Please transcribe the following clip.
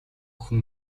хүн